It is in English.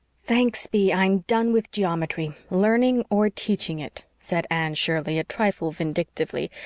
thanks be, i'm done with geometry, learning or teaching it, said anne shirley, a trifle vindictively,